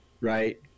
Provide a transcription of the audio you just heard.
right